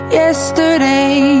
yesterday